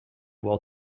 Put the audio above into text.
will